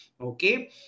Okay